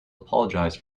apologized